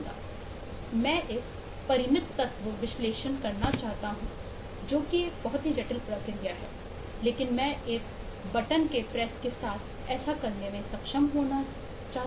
मैं एक परिमित तत्व विश्लेषण करना चाहता हूं जो एक बहुत ही जटिल प्रक्रिया है लेकिन मैं एक बटन के प्रेस के साथ ऐसा करने में सक्षम होना चाहिए